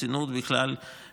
נראה לי,